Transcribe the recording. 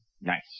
Nice